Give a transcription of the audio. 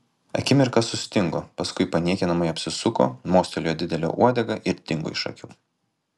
akimirką sustingo paskui paniekinamai apsisuko mostelėjo didele uodega ir dingo iš akių